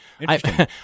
Interesting